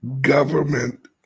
government